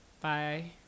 bye